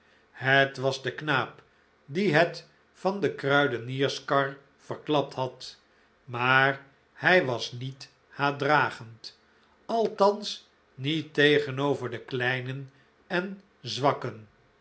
het was de knaap die het van de kruidenierskar verklapt had maar hij was niet haatdragend althans niet tegenover de kleinen en zwakken